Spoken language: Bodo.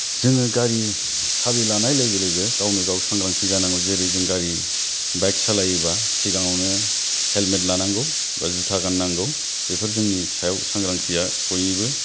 जोङो गारि साबि लानाय लोगो लोगो गावनो गाव सांग्रांथि जानांगौ जेरै जों गारि बाइक सालायोब्ला सिगाङावनो हेलमेट लानांगौ बा जुथा गाननांगौ बेफोर जोंनि सायाव सांग्रांथिया बयनिबो